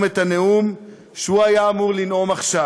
את הנאום שהוא היה אמור לנאום עכשיו,